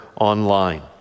online